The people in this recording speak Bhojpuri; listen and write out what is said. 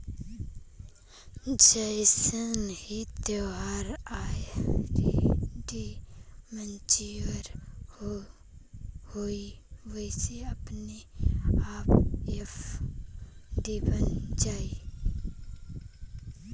जइसे ही तोहार आर.डी मच्योर होइ उ अपने आप एफ.डी बन जाइ